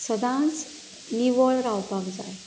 सदांच निवळ रावपाक जाय